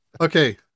Okay